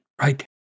right